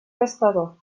pescador